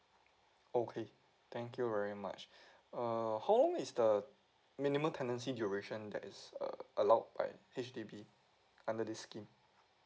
okay thank you very much err how long is the minimum tenancy duration that is err allowed by H_D_B under this scheme